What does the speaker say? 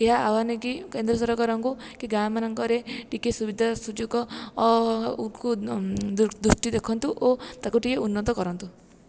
ଏହା ଆହ୍ଵାନ କି କେନ୍ଦ୍ର ସରକାରଙ୍କୁ କି ଗାଁ ମାନଙ୍କରେ ଟିକେ ସୁବିଧା ସୁଯୋଗ ଦୃଷ୍ଟି ଦେଖନ୍ତୁ ଓ ତାକୁ ଟିକେ ଉନ୍ନତ କରନ୍ତୁ